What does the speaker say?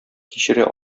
кичерә